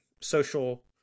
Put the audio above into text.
social